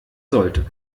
sollte